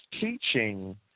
teaching